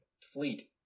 fleet